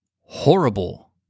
Horrible